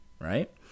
Right